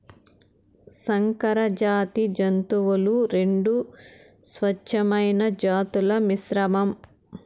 సంకరజాతి జంతువులు రెండు స్వచ్ఛమైన జాతుల మిశ్రమం